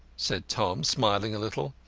said tom, smiling a little.